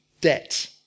debt